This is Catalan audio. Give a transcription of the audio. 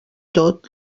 tot